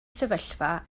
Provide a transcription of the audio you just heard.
sefyllfa